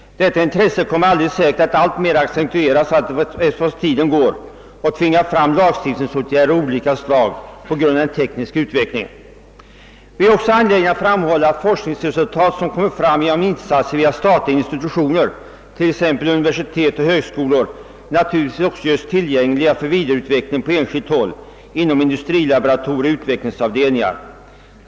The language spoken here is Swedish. Detta intresse kommer alldeles säkert att alltmer accentueras allteftersom tiden går och tvinga fram lagstiftningsåtgärder av olika slag på grund av den tekniska utvecklingen. Vi är också angelägna om att framhålla att forskningsresultat, som tillkommit genom insatser via statliga institutioner, t.ex. universitet och högskolor, bör göras tillgängliga för vidare utveckling på enskilt håll — inom industrilaboratorier och utvecklingsavdelningar.